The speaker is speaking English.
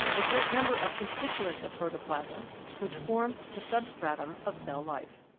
a great number of con stituents of protoplasm which form the substratum of cell-life.